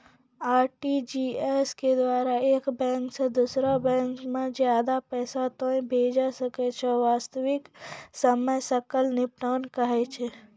RTGS के द्वारा एक बैंक से दोसरा बैंको मे ज्यादा पैसा तोय भेजै सकै छौ वास्तविक समय सकल निपटान कहै छै?